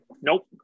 Nope